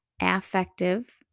affective